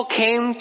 came